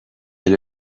پول